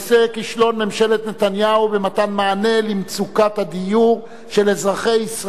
כישלון ממשלת נתניהו במתן מענה על מצוקת הדיור של אזרחי ישראל,